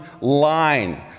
line